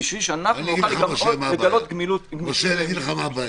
אני אגיד לך מה הבעיה.